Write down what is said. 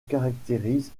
caractérisent